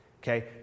Okay